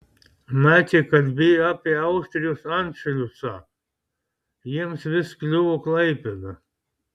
naciai kalbėjo apie austrijos anšliusą jiems vis kliuvo klaipėda